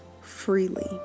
freely